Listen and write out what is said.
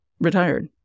retired